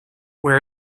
where